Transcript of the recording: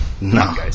no